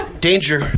Danger